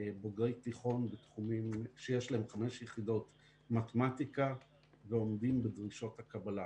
בוגרי תיכון שיש להם 5 יחידות מתמטיקה ועומדים בדרישות הקבלה.